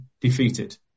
defeated